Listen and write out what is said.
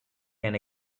can